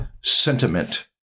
sentiment